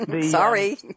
Sorry